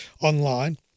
online